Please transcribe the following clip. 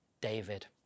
David